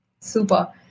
Super